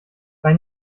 bei